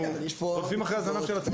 אנחנו רודפים אחרי הזנב של עצמנו.